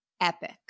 epic